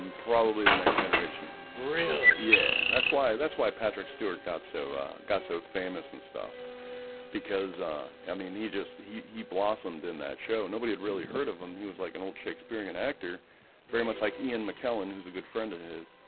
and probably the next generation really yeah, that's why that's why patrick stewart got so got so famous and stuff because i mean he just he he blossomed in that show nobody had really heard of him he was like an old shakespearean actor very much like ian mckellen. who's a good friend of his